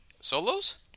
Solos